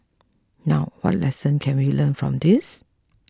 now what lessons can we learn from this